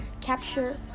capture